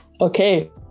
okay